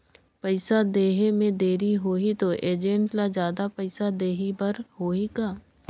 पइसा देहे मे देरी होही तो एजेंट ला जादा पइसा देही बर होही का?